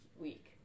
week